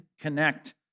connect